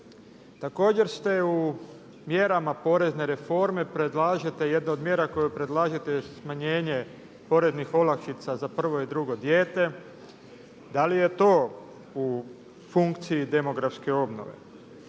predlažete jednu od mjera koju predlažete je smanjenje poreznih olakšica za prvo i drugo dijete. Da li je to u funkciji demografske obnove?